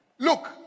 Look